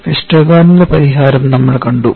വെസ്റ്റർഗാർഡിന്റെ പരിഹാരം നമ്മൾ കണ്ടു